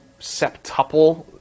septuple